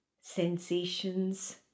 sensations